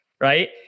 right